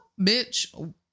bitch